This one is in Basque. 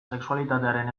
sexualitatearen